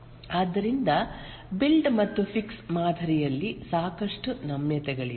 ಆದ್ದರಿಂದ ಬಿಲ್ಡ್ ಮತ್ತು ಫಿಕ್ಸ್ ಮಾದರಿಯಲ್ಲಿ ಸಾಕಷ್ಟು ನಮ್ಯತೆಗಳಿವೆ